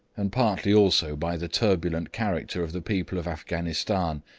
and partly also by the turbulent character of the people of afghanistan,